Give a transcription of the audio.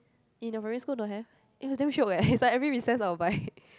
in your primary school don't have it was damn shock eh it's like every recess I will buy